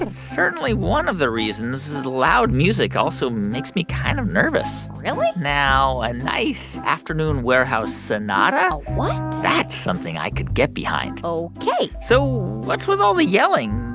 and certainly, one of the reasons is loud music also makes me kind of nervous really? now, a nice afternoon warehouse sonata. a what. that's something i could get behind ok so what's with all the yelling?